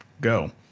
go